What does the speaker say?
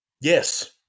Yes